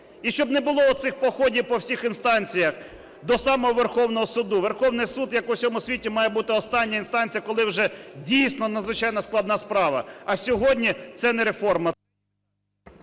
і щоб не було оцих походів по всіх інстанціях до самого Верховного Суду. Верховний Суд, як в усьому світі, має бути остання інстанція, коли вже дійсно надзвичайно складна справа. А сьогодні – це не реформа…